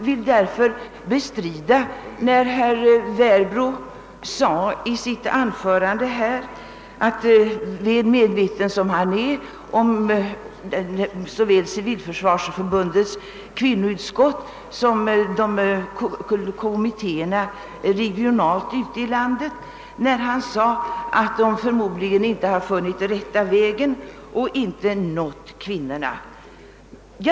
Herr Werbro — som dock är väl medveten om verksamheten i civilförsvarsförbundets kvinnoutskott och de regionala kommittéerna ute i landet — sade att man förmodligen inte har funnit den rätta vägen för att nå kvinnorna. Detta vill jag bestrida.